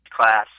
class